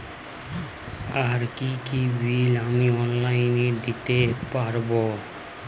আর কি কি বিল আমি অনলাইনে দিতে পারবো?